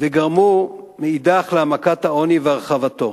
וגרמו מאידך להעמקת העוני ולהרחבתו.